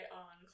on